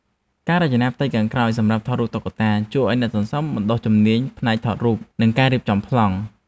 ការរចនាផ្ទៃខាងក្រោយសម្រាប់ថតរូបតុក្កតា ជួយឱ្យអ្នកសន្សំបណ្ដុះជំនាញផ្នែកថតរូប និងការរៀបចំប្លង់។